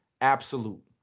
absolute